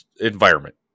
environment